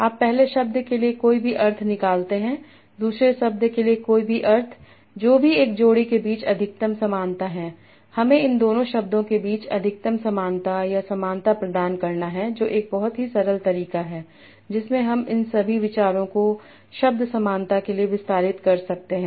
आप पहले शब्द के लिए कोई भी अर्थ निकालते हैं दूसरे शब्द के लिए कोई भी अर्थ जो भी एक जोड़ी के बीच अधिकतम समानता है हमें इन दोनों शब्दों के बीच अधिकतम समानता या समानता प्रदान करना है जो एक बहुत ही सरल तरीका है जिसमें हम इन सभी विचारों को शब्द समानता के लिए विस्तारित कर सकते हैं